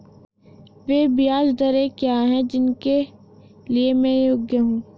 वे ब्याज दरें क्या हैं जिनके लिए मैं योग्य हूँ?